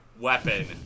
weapon